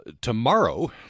tomorrow